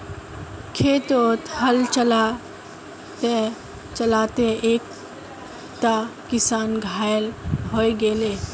खेतत हल चला त चला त एकता किसान घायल हय गेले